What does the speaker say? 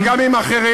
וגם עם אחרים.